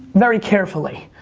very carefully.